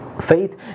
faith